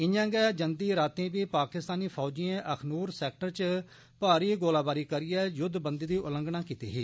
इआं गै जंदी रातीं बी पाकिस्तानी फौजिएं अखनूर सेक्टर च भारी गोलाबारी करियै युद्धबंदी दी उल्लंघना कीती ही